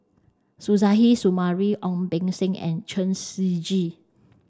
Suzairhe Sumari Ong Beng Seng and Chen Shiji